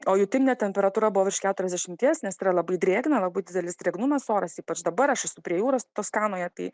o jutiminė temperatūra buvo virš keturiasdešimties nes yra labai drėgna didelis drėgnumas oras ypač dabar aš esu prie jūros toskanoje tai